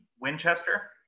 Winchester